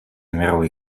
мировой